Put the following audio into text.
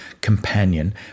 companion